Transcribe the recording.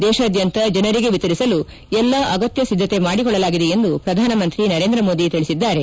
ದೇಶಾದ್ವಂತ ಜನರಿಗೆ ವಿತರಿಸಲು ಎಲ್ಲ ಅಗತ್ನ ಸಿದ್ದತೆ ಮಾಡಿಕೊಳ್ಳಲಾಗಿದೆ ಎಂದು ಪ್ರಧಾನಮಂತ್ರಿ ನರೇಂದ್ರ ಮೋದಿ ತಿಳಿಸಿದ್ದಾರೆ